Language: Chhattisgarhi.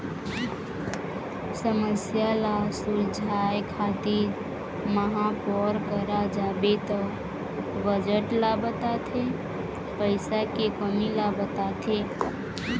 समस्या ल सुलझाए खातिर महापौर करा जाबे त बजट ल बताथे पइसा के कमी ल बताथे